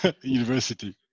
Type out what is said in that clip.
university